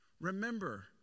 Remember